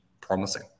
promising